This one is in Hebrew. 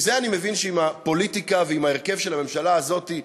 כי זה אני מבין שעם הפוליטיקה ועם ההרכב של הממשלה הזאת,